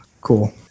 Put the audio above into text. Cool